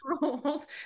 rules